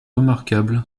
remarquable